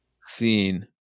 seen